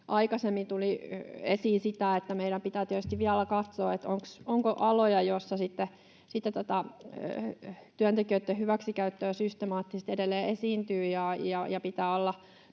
aikaisemmin tuli esiin se, että meidän pitää tietysti vielä katsoa, onko aloja, joissa tätä työntekijöitten hyväksikäyttöä systemaattisesti edelleen esiintyy. Toivon,